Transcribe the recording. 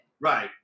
Right